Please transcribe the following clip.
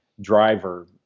driver